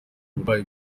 uburwayi